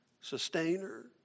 Sustainer